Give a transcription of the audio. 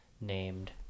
named